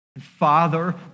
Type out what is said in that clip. Father